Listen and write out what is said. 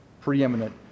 preeminent